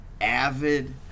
avid